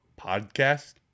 podcast